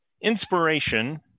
inspiration